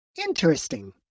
Interesting